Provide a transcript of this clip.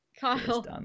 Kyle